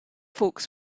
folks